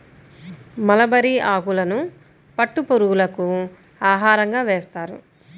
mulberry ఆకులను పట్టు పురుగులకు ఆహారంగా వేస్తారు